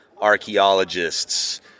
archaeologists